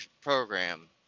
program